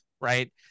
right